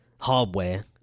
hardware